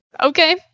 Okay